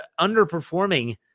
underperforming